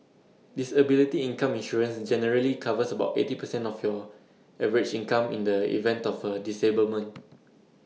disability income insurance generally covers about eighty percent of your average income in the event of A disablement